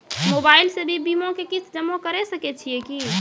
Mobile से भी बीमा के किस्त जमा करै सकैय छियै कि?